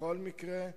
בכל מקרה,